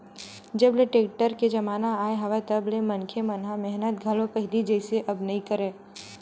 जब ले टेक्टर के जमाना आगे हवय तब ले मनखे मन ह मेहनत घलो पहिली जइसे अब नइ करय